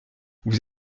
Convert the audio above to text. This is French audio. vous